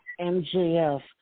MJF